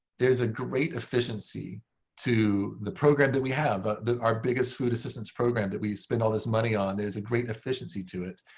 there is a great efficiency to the program that we have. but our biggest food assistance program that we spend all this money on, there's a great efficiency to it.